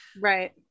right